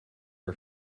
are